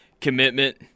commitment